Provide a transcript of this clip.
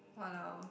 !walao!